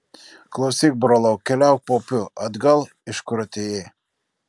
klausyk brolau keliauk paupiu atgal iš kur atėjai